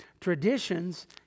traditions